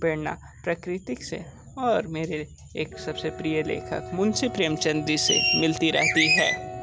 प्रेरणा प्रकृति से और मेरे एक सब से प्रिय लेखक मुंशी प्रेमचंद जी से मिलती रहती है